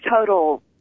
total